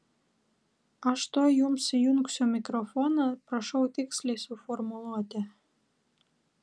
aš tuoj jums įjungsiu mikrofoną prašau tiksliai suformuluoti